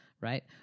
right